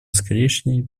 скорейшее